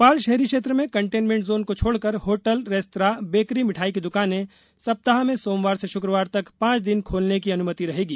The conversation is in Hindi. भोपाल शहरी क्षेत्र में कंटेनमेंट जोन को छोड़कर होटल रेस्तरां बेकरी मिठाई की दुकान सप्ताह में सोमवार से शुक्रवार तक पांच दिन खोलने की अनुमति रहेगी